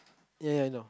ya ya I know